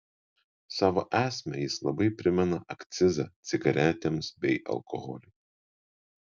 savo esme jis labai primena akcizą cigaretėms bei alkoholiui